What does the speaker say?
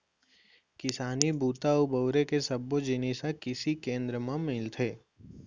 किसानी बूता म बउरे के सब्बो जिनिस ह कृसि केंद्र म मिलथे